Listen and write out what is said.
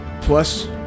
Plus